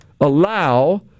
allow